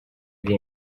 iri